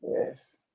Yes